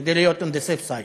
כדי להיות on the safe side,